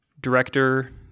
director